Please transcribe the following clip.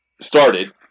started